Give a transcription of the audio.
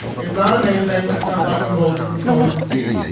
it's not amazing. it's not lightning bolts or control of the sea.